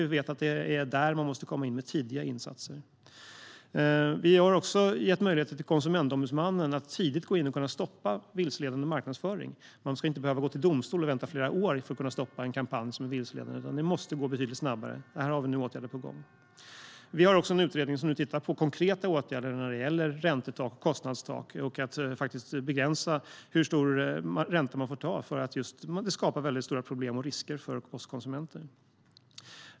Vi vet att det är där man måste komma in med tidiga insatser. Vi har också gett möjlighet till Konsumentombudsmannen att tidigt kunna gå in och stoppa vilseledande marknadsföring. Man ska inte behöva gå till domstol och vänta i flera år för att kunna stoppa en kampanj som är vilseledande, utan det måste gå betydligt snabbare. Här har vi nu åtgärder på gång. Vi har också en utredning som nu tittar på konkreta åtgärder när det gäller räntetak, kostnadstak och att faktiskt begränsa hur hög ränta man får ha, eftersom det skapar stora problem och risker för oss konsumenter.